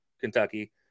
Kentucky